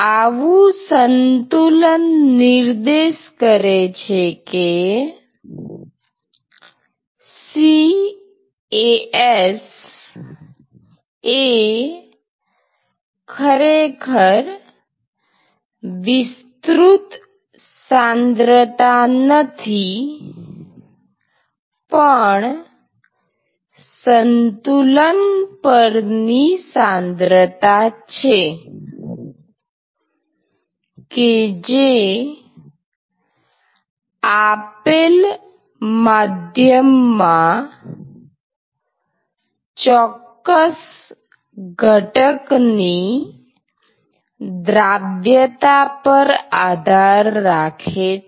આવું સંતુલન નિર્દેશ કરે છે કે CAs એ ખરેખર વિસ્તૃત સાંદ્રતા નથી પણ સંતુલન પરની સાંદ્રતા છે કે જે આપેલ માધ્યમ મા ચોક્કસ ઘટકની દ્રાવ્યતા પર આધાર રાખે છે